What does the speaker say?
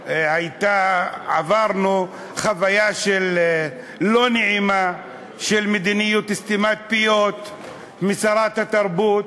שעברנו חוויה לא נעימה של מדיניות סתימת פיות משרת התרבות,